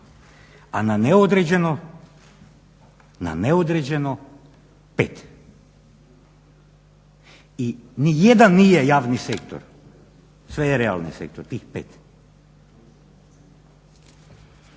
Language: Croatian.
vrijeme? Deset, a na neodređeno 5. I nijedan nije javni sektor, sve je realni sektor, tih 5.